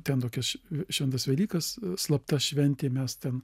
ten tokias šventas velykas slapta šventėm mes ten